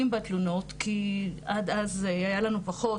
בתלונות כי עד אז זה היה לנו פחות,